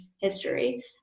history